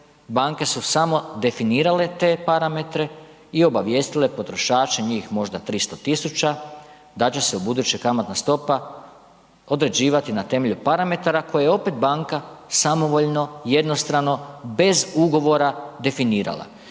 banke su samo definirale te parametre i obavijestile potrošače njih možda 300.000 da će se ubuduće kamatne stopa određivati na temelju parametara koje opet banka samovoljno, jednostrano bez ugovora definirala.